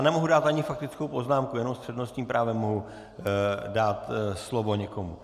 Nemohu dát ani faktickou poznámku, jenom s přednostním právem mohu dát slovo někomu.